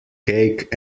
cake